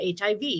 HIV